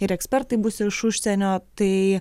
ir ekspertai bus iš užsienio tai